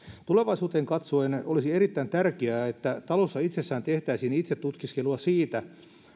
tulevaisuuteen katsoen olisi erittäin tärkeää että talossa itsessään tehtäisiin itsetutkiskelua siitä